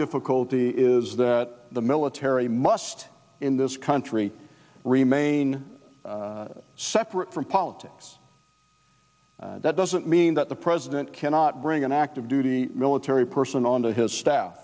difficulty is that the military must in this country remain separate from politics that doesn't mean that the president cannot bring an active duty military person on to his